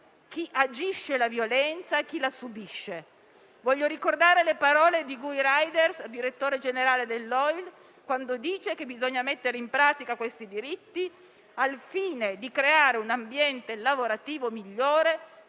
chi agisce la violenza e chi la subisce. Voglio ricordare le parole di Guy Ryder, direttore generale dell'OIL, quando dice che bisogna mettere in pratica questi diritti al fine di creare un ambiente lavorativo migliore,